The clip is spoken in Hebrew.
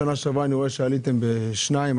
בשנה שעברה אני רואה שעליתם בשניים,